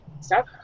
Stop